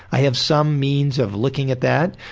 i have some means of looking at that,